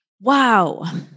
Wow